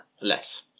Less